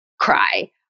cry